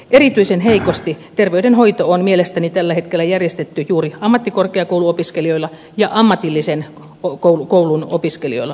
erityisen heikosti terveydenhoito on mielestäni tällä hetkellä järjestetty juuri ammattikorkeakouluopiskelijoilla ja ammatillisen koulun opiskelijoilla ammatillisella puolella